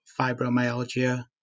fibromyalgia